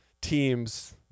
Teams